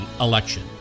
election